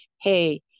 Hey